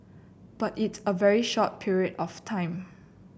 but it's a very short period of time